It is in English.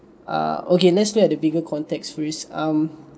err okay let's look at the bigger context for his um